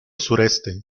sureste